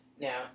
Now